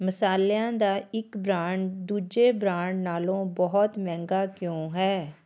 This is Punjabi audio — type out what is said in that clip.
ਮਸਾਲਿਆਂ ਦਾ ਇੱਕ ਬ੍ਰਾਂਡ ਦੂਜੇ ਬ੍ਰਾਂਡ ਨਾਲੋਂ ਬਹੁਤ ਮਹਿੰਗਾ ਕਿਉਂ ਹੈ